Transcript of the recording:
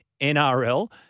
NRL